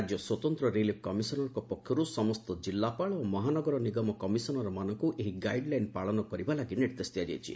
ରାକ୍ୟ ସ୍ୱତନ୍ତ ରିଲିଫ୍ କମିଶନଙ୍କ ପକ୍ଷରୁ ସମସ୍ତ କିଲ୍ଲାପାଳ ଓ ମହାନଗର ନିଗମ କମିଶନରମାନଙ୍କୁ ଏହି ଗାଇଡ୍ ଲାଇନ୍ ପାଳନ କରିବା ଲାଗି ନିର୍ଦ୍ଦେଶ ଦିଆଯାଇଛି